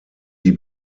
die